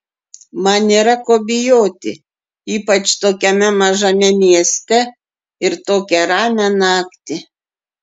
man nėra ko bijoti ypač tokiame mažame mieste ir tokią ramią naktį